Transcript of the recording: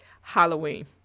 halloween